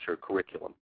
curriculum